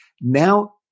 now